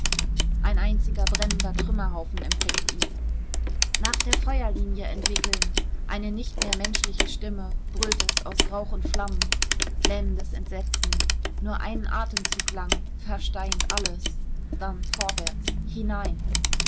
ein einziger brennender trümmerhaufen empfängt ihn nach der feuerlinie entwickeln eine nicht mehr menschliche stimme brüllt es aus rauch und flammen lähmendes entsetzen nur einen atemzug lang versteint alles dann vorwärts hinein